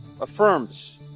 affirms